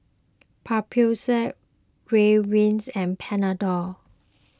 Papulex Ridwind and Panadol